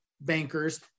bankers